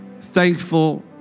thankful